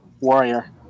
warrior